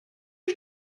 ich